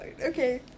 Okay